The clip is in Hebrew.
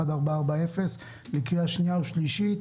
לקריאה שנייה ושלישית.